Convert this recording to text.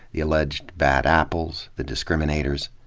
the alleged bad apples, the discriminators.